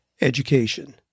education